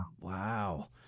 wow